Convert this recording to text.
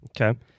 Okay